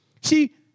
See